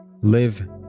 live